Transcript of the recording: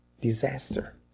Disaster